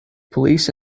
police